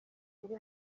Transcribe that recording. biri